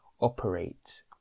operate